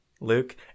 Luke